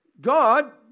God